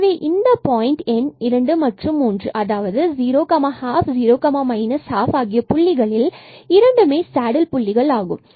எனவே இந்த பாயிண்ட் எண் 2 and 3 மற்றும் 012 and 0 12 புள்ளிகளில் ஆகிய இரண்டுமே சேடில் புள்ளிகள் ஆகும்